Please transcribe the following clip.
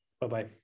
Bye-bye